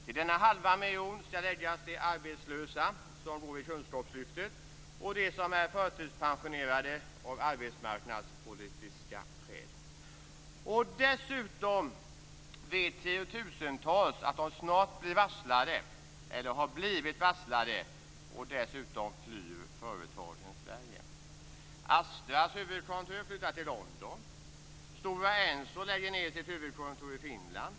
Till denna halva miljon skall läggas de arbetslösa som går i kunskapslyftet och de som är förtidspensionerade av arbetsmarknadspolitiska skäl. Dessutom vet tiotusentals att de snart blir varslade eller har blivit varslade. Dessutom flyr företagen Sverige. Astras huvudkontor flyttas till London. Stora Enso lägger sitt huvudkontor i Finland.